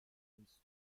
ins